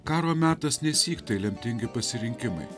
karo metas nesyk tai lemtingi pasirinkimai